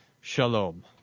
Shalom